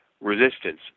resistance